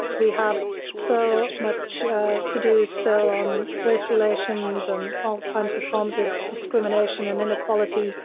we have so much to do still on race relations and all kinds of forms of discrimination and inequality.